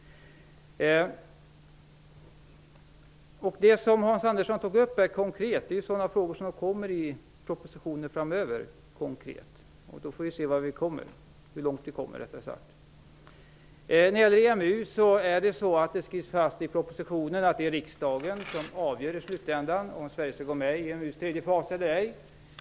Det som Hans Andersson tog upp är sådana frågor som kommer konkret i propositioner framöver. Då får vi se hur långt vi kommer. I propositionen läggs det fast att det är riksdagen som i slutänden avgör om Sverige skall gå med i EMU:s tredje fas eller ej.